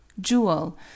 jewel